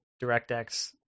DirectX